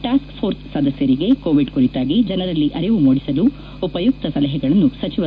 task force ಸದಸ್ಕರಿಗೆ Covid ಕುರಿತಾಗಿ ಜನರಲ್ಲಿ ಅರಿವು ಮೂಡಿಸಲು ಉಪಯುಕ್ತ ಸಲಹೆಗಳನ್ನು ಸಚಿವ ಡಾ